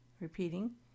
repeating